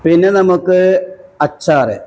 പിന്നെ നമുക്ക് അച്ചാർ